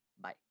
bye